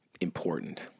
important